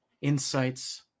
Insights